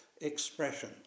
expression